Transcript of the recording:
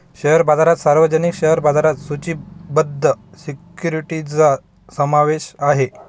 share बाजारात सार्वजनिक share बाजारात सूचीबद्ध सिक्युरिटीजचा समावेश आहे